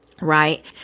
right